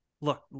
look